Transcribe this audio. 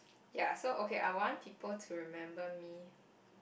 ya so okay I want people to remember me